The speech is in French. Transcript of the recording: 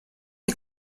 est